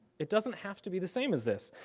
it doesn't have to be the same as this.